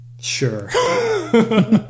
Sure